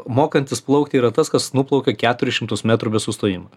mokantis plaukti yra tas kas nuplaukia keturis šimtus metrų be sustojimo